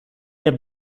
der